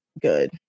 good